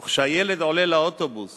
וכשהילד עולה לאוטובוס